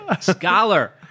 Scholar